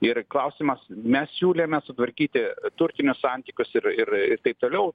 ir klausimas mes siūlėme sutvarkyti turtinius santykius ir ir ir taip toliau